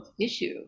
issue